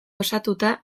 osatuta